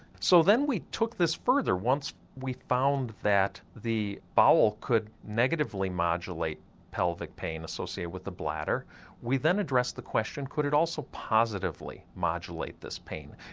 so then we took this further, once we found that the bowel could negatively modulate pelvic pain associated with the bladder we then addressed the question could it also positively modulate this pain.